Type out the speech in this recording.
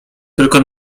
tylko